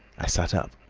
i sat up,